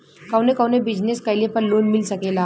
कवने कवने बिजनेस कइले पर लोन मिल सकेला?